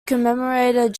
commemorated